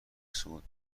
صعود